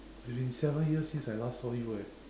it's been seven years since I last saw you eh